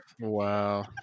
Wow